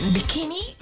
Bikini